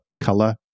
color